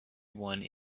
one